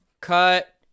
cut